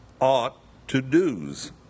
ought-to-dos